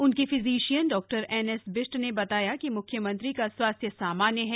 उनके फिजीशियन डॉ N S Bisht ने बताया कि म्ख्यमंत्री का स्वास्थ्य सामान्य है